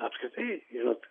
apskritai žinot